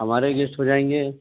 ہمارے گیسٹ ہو جائیں گے